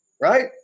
right